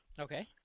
Okay